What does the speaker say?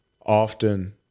often